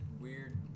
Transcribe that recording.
weird